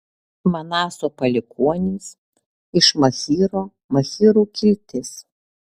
manaso palikuonys iš machyro machyrų kiltis